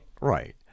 Right